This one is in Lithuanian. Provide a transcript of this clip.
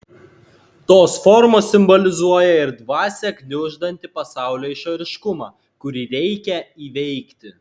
tos formos simbolizuoja ir dvasią gniuždantį pasaulio išoriškumą kurį reikia įveikti